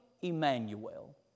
Emmanuel